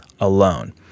alone